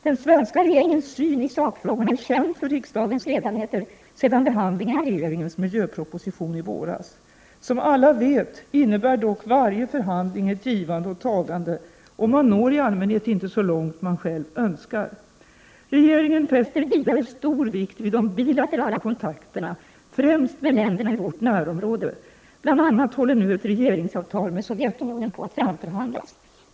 Den svenska regeringens syn i sakfrågorna är känd för riksdagens ledamöter sedan behandlingen av regeringens miljöproposition i våras. Som alla vet innebär dock varje förhandling ett givande och tagande, och man når i allmänhet inte så långt som man själv önskar. Regeringen fäster vidare stor vikt vid de bilaterala kontakterna, främst med länderna i vårt närområde. Bl.a. håller nu ett regeringsavtal med Sovjetunionen på att framförhandlas.